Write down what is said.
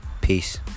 peace